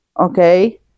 Okay